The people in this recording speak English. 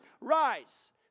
rise